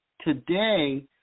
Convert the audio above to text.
today